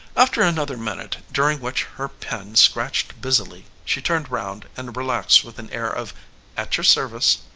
after another minute, during which her pen scratched busily, she turned round and relaxed with an air of at your service.